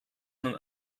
nun